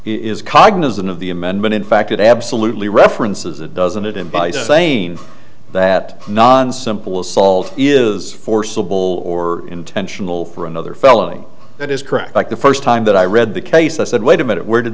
is cognizant of the amendment in fact it absolutely references it doesn't it and by saying that non simple assault is forcible or intentional for another felony that is correct like the first time that i read the case i said wait a minute where did